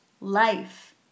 life